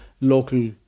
local